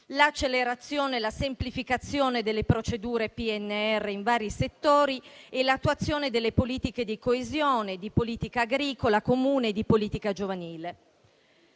l'accelerazione e la semplificazione delle procedure PNRR in vari settori e l'attuazione delle politiche di coesione, di politica agricola comune e di politica giovanile.